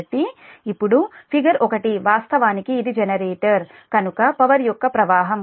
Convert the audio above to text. కాబట్టి ఇప్పుడు ఫిగర్ 1 వాస్తవానికి ఇది జనరేటర్ కనుక పవర్ యొక్క ప్రవాహం